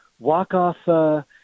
walk-off